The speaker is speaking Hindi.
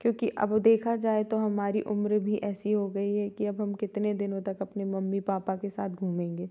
क्योंकि अब वो देखा जाए तो हमारी उम्र भी ऐसी हो गई है कि अब हम कितने दिनों तक अपने मम्मी पापा के साथ घूमेंगे